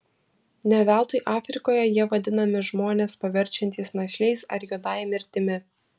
ne veltui afrikoje jie vadinami žmones paverčiantys našliais ar juodąja mirtimi